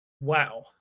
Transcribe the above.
Wow